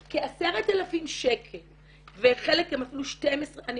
בכ-10,000 ₪ וחלק הם אפילו 12,000. את